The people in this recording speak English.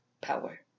power